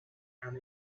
and